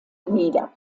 nieder